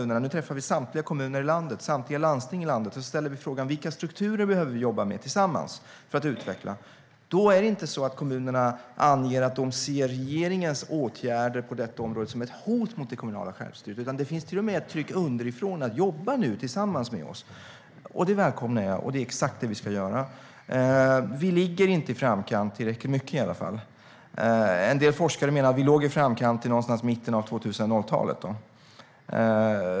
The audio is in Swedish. Nu träffar vi samtliga kommuner och landsting i landet och ställer frågan: Vilka strukturer behöver vi jobba med tillsammans för att utveckla? Det är inte så att kommunerna anger att de ser regeringens åtgärder på detta område som ett hot mot det kommunala självstyret. Det finns till och med ett tryck underifrån för att nu jobba tillsammans med oss. Det välkomnar jag, och det är exakt det vi ska göra. Vi ligger inte i framkant tillräckligt mycket. En del forskare menar att vi låg i framkant någonstans i mitten av 00-talet.